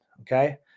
Okay